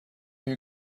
you